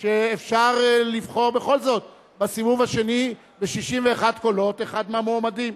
שאפשר לבחור בכל זאת בסיבוב השני ב-61 קולות אחד מהמועמדים.